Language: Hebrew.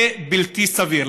זה בלתי סביר.